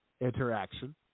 interaction